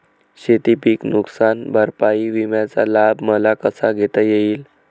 शेतीपीक नुकसान भरपाई विम्याचा लाभ मला कसा घेता येईल?